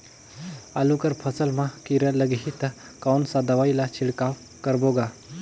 आलू कर फसल मा कीरा लगही ता कौन सा दवाई ला छिड़काव करबो गा?